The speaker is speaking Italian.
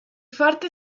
forte